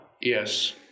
Yes